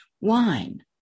wine